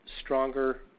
stronger